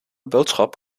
boodschap